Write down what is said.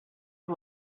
and